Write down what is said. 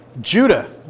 Judah